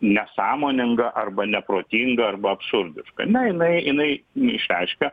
nesąmoninga arba neprotinga arba absurdiška ne jinai jinai išreiškia